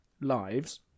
lives